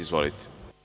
Izvolite.